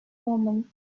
woman